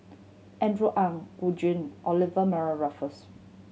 Andrew Ang Gu Juan Olivia Mariamne Raffles